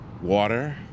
Water